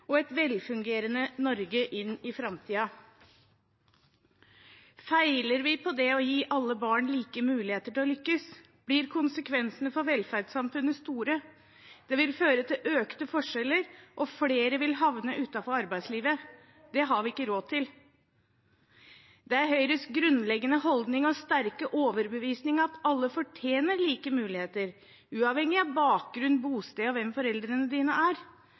og et velfungerende Norge inn i framtiden. Feiler vi på det å gi alle barn like muligheter til å lykkes, blir konsekvensene for velferdssamfunnet store. Det vil føre til økte forskjeller, og flere vil havne utenfor arbeidslivet. Det har vi ikke råd til. Det er Høyres grunnleggende holdning og sterke overbevisning at alle fortjener like muligheter, uavhengig av bakgrunn, bosted og hvem foreldrene er. Derfor er